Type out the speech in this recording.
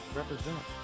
represent